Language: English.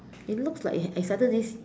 it looks like it's either this